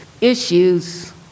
issues